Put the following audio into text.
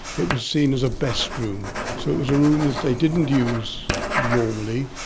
it was seen as a best room, so it was a room that they didn't use normally,